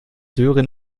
sören